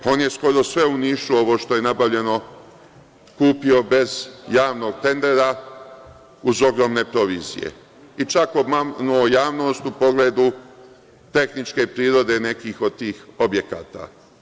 On je skoro sve u Nišu, ovo što je nabavljeno, kupio bez javnog tendera uz ogromne provizije i čak obmanuo javnost u pogledu tehničke prirode nekih od tih objekata.